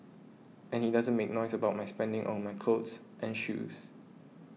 and he doesn't make noise about my spending on my clothes and shoes